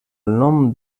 nom